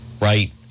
right